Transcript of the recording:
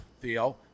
theo